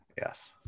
Yes